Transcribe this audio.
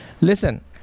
listen